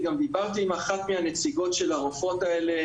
אני גם דיברתי עם אחת מהנציגות של הרופאות האלה.